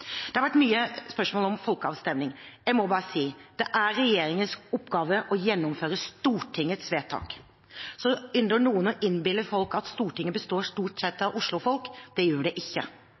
Det har vært mange spørsmål om folkeavstemning. Jeg må bare si: Det er regjeringens oppgave å gjennomføre Stortingets vedtak. Så ynder noen å innbille folk at Stortinget består av stort sett Oslo-folk. Det gjør det ikke.